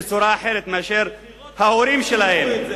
בצורה אחרת מההורים שלהם.